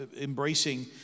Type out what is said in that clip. embracing